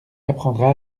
apprendra